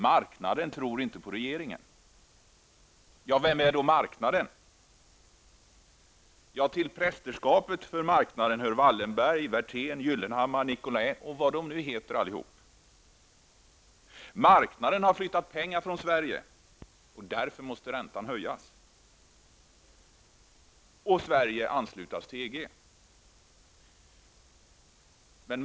Marknaden tror inte på regeringen. Vem är då marknaden? Jo, till marknadens prästerskap hör Wallenberg, Werthén, Gyllenhammar, Nicolin och allt vad de nu heter. Marknaden har flyttat pengar från Sverige. Därför måste räntan höjas och Sverige anslutas till EG.